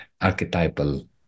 archetypal